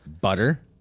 Butter